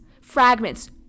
Fragments